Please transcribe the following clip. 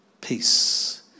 peace